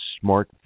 smart